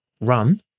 run